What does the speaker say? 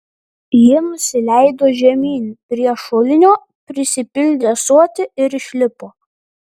ji nusileido žemyn prie šulinio prisipildė ąsotį ir išlipo